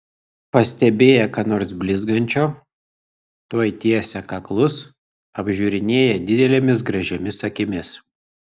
pastebėję ką nors blizgančio tuoj tiesia kaklus apžiūrinėja didelėmis gražiomis akimis